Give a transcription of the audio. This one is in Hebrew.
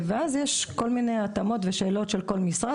ואז יש גם שאלות של כל משרד.